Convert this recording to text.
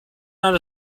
not